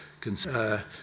concern